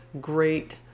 great